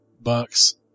Bucks